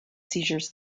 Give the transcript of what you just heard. seizures